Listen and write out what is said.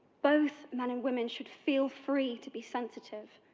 both men and women should feel free to be sensitive.